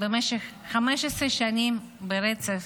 במשך 15 שנים ברצף,